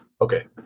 Okay